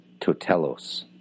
totelos